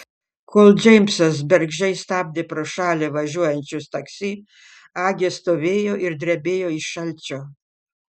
kol džeimsas bergždžiai stabdė pro šalį važiuojančius taksi agė stovėjo ir drebėjo iš šalčio